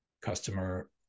customer